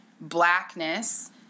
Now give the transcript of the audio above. blackness